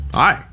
hi